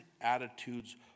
attitudes